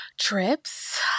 trips